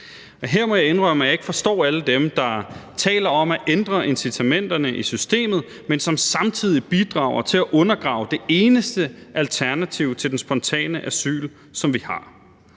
her må jeg indrømme, at jeg ikke forstår alle dem, der taler om at ændre incitamenterne i systemet, men som samtidig bidrager til at undergrave det eneste alternativ, som vi har, til den spontane asyl. I 30 år har